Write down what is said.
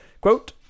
quote